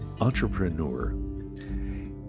entrepreneur